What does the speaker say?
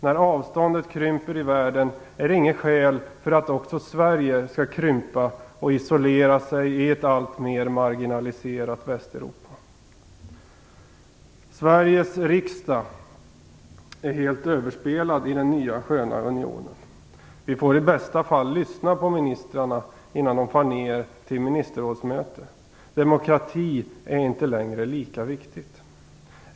När avstånden krymper i världen är det inget skäl för att också Sverige skall krympa och isolera sig i ett alltmer marginaliserat Västeuropa. Sveriges riksdag är helt överspelad i den nya sköna unionen. Vi får i bästa fall lyssna på ministrarna innan de far ner till ministerrådsmöte. Demokrati är inte längre lika viktigt.